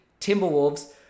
Timberwolves